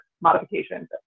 modifications